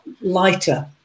lighter